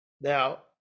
Now